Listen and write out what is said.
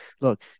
look